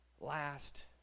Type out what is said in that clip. last